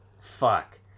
fuck